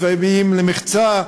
צבאיים למחצה,